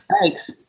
Thanks